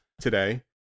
today